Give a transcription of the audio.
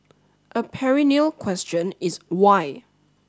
a perennial question is why